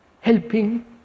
helping